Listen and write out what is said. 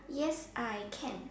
yes I can